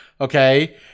Okay